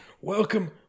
welcome